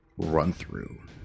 Run-Through